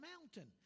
mountain